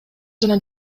жана